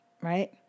right